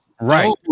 right